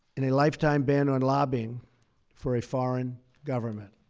and a lifetime ban on lobbying for a foreign government.